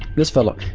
this fellow,